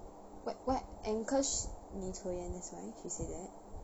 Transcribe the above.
wait what cause 你抽烟 that's why she said that